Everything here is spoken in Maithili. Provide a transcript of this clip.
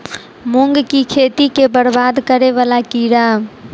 मूंग की खेती केँ बरबाद करे वला कीड़ा?